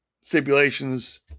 stipulations